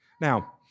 Now